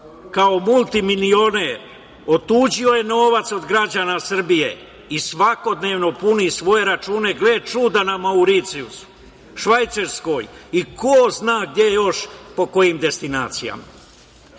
kao multimilioner otuđio je novac od građana Srbije i svakodnevno puni svoje račune, gle čuda na Mauricijusu, Švajcarskoj i ko zna gde još po kojim destinacijama. Zato